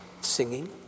singing